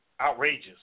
outrageous